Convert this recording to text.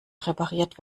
repariert